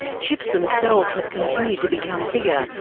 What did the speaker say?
ships themselves have continued to become bigger,